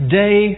day